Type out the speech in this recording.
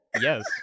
Yes